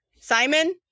Simon